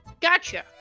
Gotcha